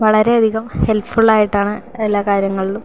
വളരെയധികം ഹെൽപ്ഫുള്ളായിട്ടാണ് എല്ലാ കാര്യങ്ങളിലും